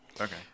Okay